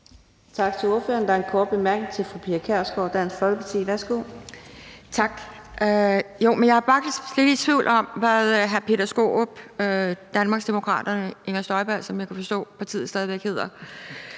Tak. Jeg er faktisk lidt i tvivl om, hvad hr. Peter Skaarup, Danmarksdemokraterne – Inger Støjberg, som jeg kan forstå partiet stadig væk hedder,